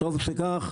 וטוב שכך,